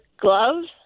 gloves